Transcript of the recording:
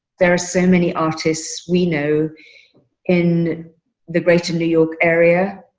there are so many artists we know in the greater new york area,